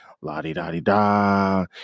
la-di-da-di-da